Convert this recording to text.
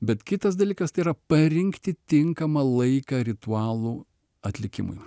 bet kitas dalykas tai yra parinkti tinkamą laiką ritualų atlikimui